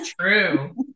True